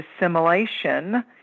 assimilation